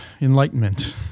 enlightenment